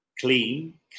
clean